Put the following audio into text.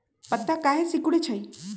पत्ता काहे सिकुड़े छई?